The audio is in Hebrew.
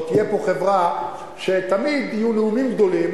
או שתהיה פה חברה שיהיו בה נאומים גדולים